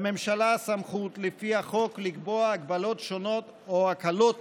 לממשלה יש סמכות לפי החוק לקבוע הגבלות שונות או הקלות